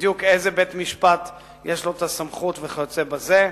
ובדיוק לאיזה בית-משפט יש הסמכות וכיוצא בזה,